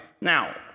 Now